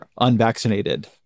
unvaccinated